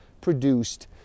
produced